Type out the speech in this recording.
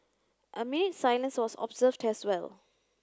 a minute's silence was observed as well